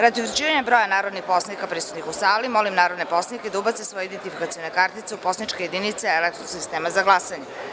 Radi utvrđivanja broja narodnih poslanika prisutnih u sali, molim narodne poslanike da ubace svoje identifikacione kartice u poslaničke jedinice elektronskog sistema za glasanje.